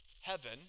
heaven